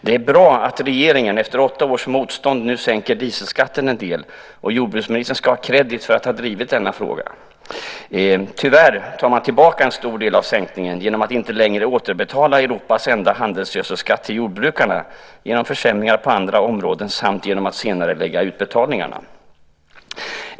Det är bra att regeringen efter åtta års motstånd nu sänker dieselskatten en del. Jordbruksministern ska ha credit för att hon har drivit denna fråga. Tyvärr tar man tillbaka en stor del av sänkningen genom att inte längre återbetala Europas enda handelsgödselskatt till jordbrukarna, genom försämringar på andra områden samt genom att senarelägga utbetalningarna.